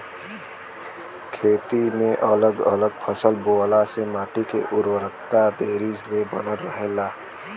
खेती में अगल अलग फसल बोअला से माटी के उर्वरकता देरी ले बनल रहेला